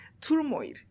turmoil